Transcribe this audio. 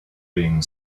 being